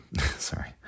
sorry